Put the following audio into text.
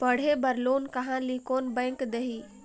पढ़े बर लोन कहा ली? कोन बैंक देही?